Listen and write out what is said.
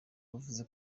bavuze